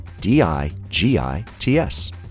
D-I-G-I-T-S